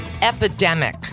Epidemic